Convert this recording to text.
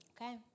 Okay